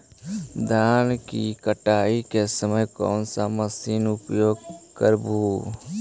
धान की कटाई के समय कोन सा मशीन उपयोग करबू?